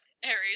Harry